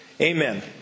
Amen